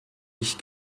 ich